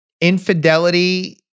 infidelity